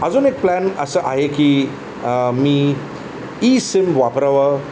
अजून एक प्लॅन असं आहे की मी ई सिम वापरावं